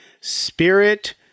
spirit